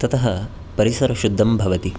ततः परिसरशुद्धं भवति